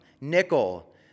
nickel